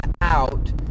out